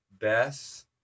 Beth